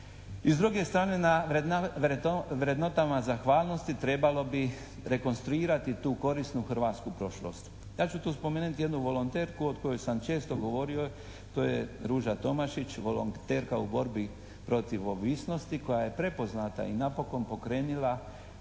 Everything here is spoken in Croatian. i s druge strane na vrednotama zahvalnosti trebalo bi rekonstruirati tu korisnu hrvatsku prošlost. Ja ću tu spomenuti jednu volonterku o kojoj sam često govorio, to je Ruža Tomašić, volonterka u borbi protiv ovisnosti koja je prepoznata i napokon pokrenila